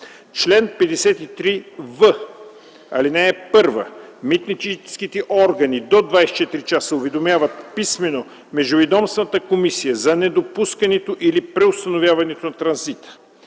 Чл. 53в. (1) Митническите органи до 24 часа уведомяват писмено Междуведомствената комисия за недопускането или преустановяването на транзита.